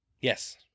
Yes